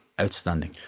outstanding